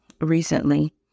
recently